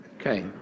Okay